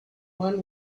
one